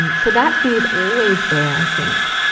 and so that fear's always there, i think.